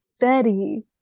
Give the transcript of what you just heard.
betty